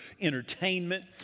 entertainment